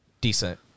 decent